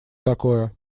такое